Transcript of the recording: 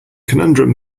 conundrum